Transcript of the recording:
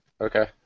Okay